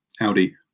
Audi